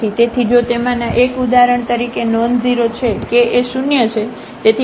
તેથી જો તેમાંના 1 ઉદાહરણ તરીકે નોન ઝીરો છે k એ શૂન્ય છે